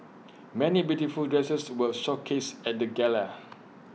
many beautiful dresses were showcased at the gala